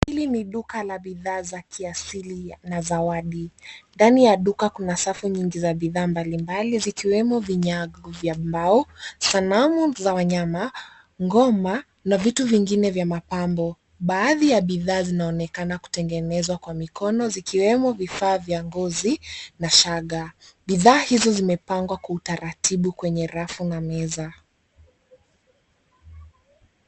Hili ni duka la bidhaa za kiasili na zawadi, ndani ya duka kuna safu nyingi za bidhaa mbali mbali zikiwemo vinyago vya mbao, sanamu za wanyama, ngoma na vitu vingine vya mapambo. baadhi ya bidhaa zinaonekana kutengenezwa kwa mikono zikiwemo vifaa vya ngozi na shanga. Bidhaa hizo zimepangwa kwa utaratibu kwenye rafu na meza.